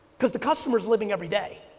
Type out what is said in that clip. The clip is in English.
because the customers living every day,